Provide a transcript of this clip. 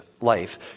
life